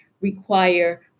require